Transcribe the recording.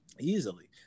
easily